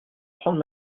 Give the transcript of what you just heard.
prendre